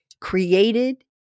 created